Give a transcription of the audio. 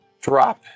drop